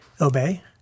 obey